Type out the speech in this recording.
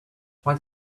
what